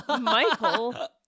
michael